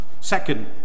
Second